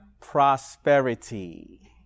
prosperity